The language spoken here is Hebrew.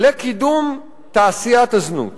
לקידום תעשיית הזנות.